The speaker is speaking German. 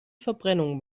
verbrennung